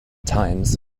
times